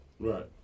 Right